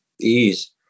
ease